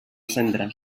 centre